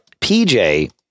PJ